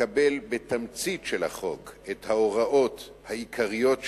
לקבל בתמצית של החוזה את ההוראות העיקריות שבו,